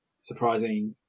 surprising